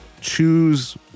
Choose